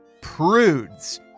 prudes